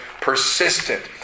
persistent